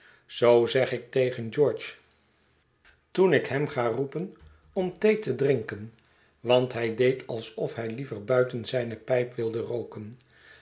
zoo zeg ik tegen george toen ik hem ga roepen om thee te drinken want hij deed alsof hij liever buiten zijne pijp wilde rooken